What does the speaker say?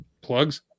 Plugs